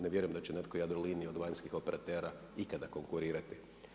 Ne vjerujem, da će netko Jadrolinijom od vanjskih operatera ikada konkurirati.